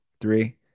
three